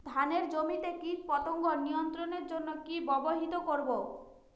ধানের জমিতে কীটপতঙ্গ নিয়ন্ত্রণের জন্য কি ব্যবহৃত করব?